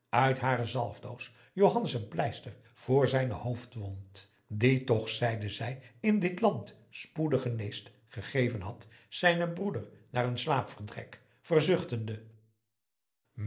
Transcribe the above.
uit hare zalfdoos johannes een pleister voor zijne hoofdwond die toch zeide zij in dit land spoedig geneest gegeven had zijnen broeder naar hun slaapvertrek verzuchtende